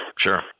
Sure